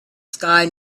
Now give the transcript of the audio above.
sky